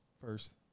first